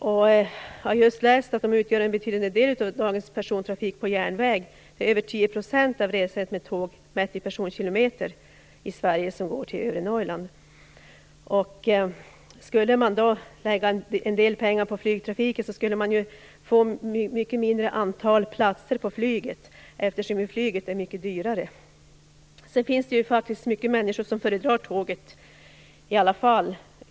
Jag har just läst att de utgör en betydande del av dagens persontrafik på järnväg - över 10 % av resandet med tåg i Sverige, mätt i personkilometer, går till övre Norrland. Skulle man lägga en del pengar på flygtrafiken får man ett mycket mindre antal platser på flyget, eftersom flyget är mycket dyrare. Sedan finns det många människor som i varje fall föredrar tåget.